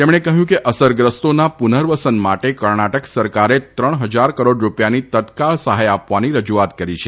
તેમણે કહ્યું કે અસરગ્રસ્તોના પુનર્વસન માટે કર્ણાટક સરકારે ત્રણ ફજાર કરોડ રૂપિયાની તત્કાળ સહાય આપવાની રજૂઆત કરી છે